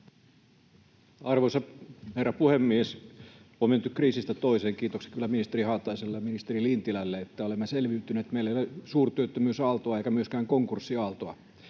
Arvoisa herra puhemies! On menty kriisistä toiseen. Kiitokset kyllä ministeri Haataiselle ja ministeri Lintilälle, että olemme selviytyneet. Meillä ei ole suurtyöttömyysaaltoa eikä myöskään konkurssiaaltoa.